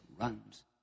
runs